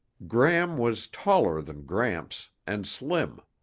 gram was taller than gramps, and slim.